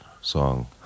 song